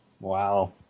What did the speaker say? Wow